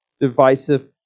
divisive